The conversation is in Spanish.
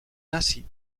nazi